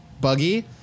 buggy